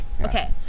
okay